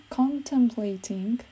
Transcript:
contemplating